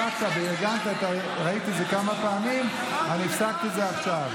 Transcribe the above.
אתה דפקת בקצב על השולחן, אני שמעתי וראיתי.